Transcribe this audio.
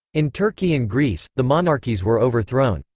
in turkey and greece, the monarchies were overthrown.